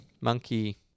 monkey